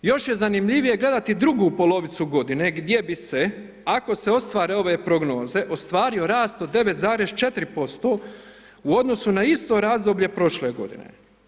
Još je zanimljivije gledati drugu polovicu godine, gdje bi se, ako se ostvare ove prognoze, ostvario rast od 9,4% u odnosu na isto razdoblje prošle godine.